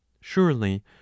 surely